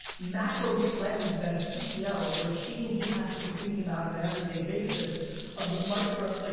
macro-trends that ceo, where she and he has to be thinking about on an everyday basis of the micro, like